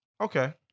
okay